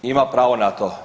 Ima pravo na to.